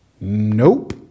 Nope